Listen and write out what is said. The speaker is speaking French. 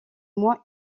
moins